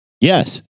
Yes